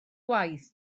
gwaith